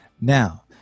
Now